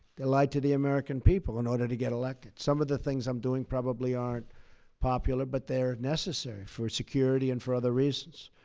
they lie to the american people in order to get elected. some of the things i'm doing probably aren't popular, but they're necessary for security and for other reasons.